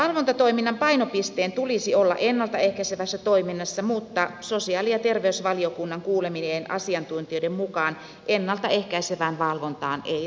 valvontatoiminnan painopisteen tulisi olla ennalta ehkäisevässä toiminnassa mutta sosiaali ja terveysvaliokunnan kuulemien asiantuntijoiden mukaan ennalta ehkäisevään valvontaan ei riitä resursseja